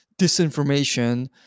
disinformation